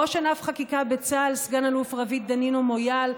לראש ענף חקיקה בצה"ל סא"ל רוית דנינו מויאל,